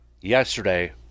Yesterday